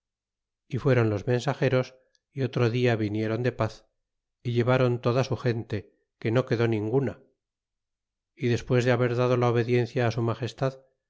y fueron los mensageros y otro dia vinieron de paz y llevó ron toda su gente que no quedó ninguna y despues de haber dado la obediencia á su magestad